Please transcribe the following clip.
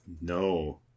no